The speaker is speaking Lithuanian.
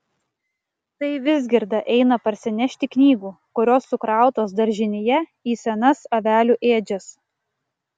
tai vizgirda eina parsinešti knygų kurios sukrautos daržinėje į senas avelių ėdžias